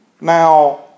Now